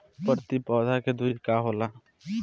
प्रति पौधे के दूरी का होला?